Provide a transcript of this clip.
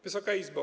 Wysoka Izbo!